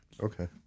okay